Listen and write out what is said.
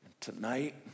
Tonight